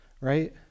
right